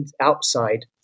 outside